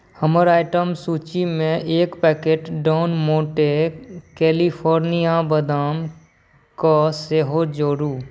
हमर आइटम सूचीमे एक पैकेट डॉन मोण्टे कैलिफोर्निया बादामके सेहो जोड़ू